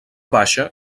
baixa